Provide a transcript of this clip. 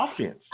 offense